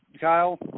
Kyle